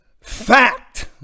fact